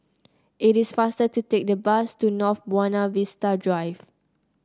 it is faster to take the bus to North Buona Vista Drive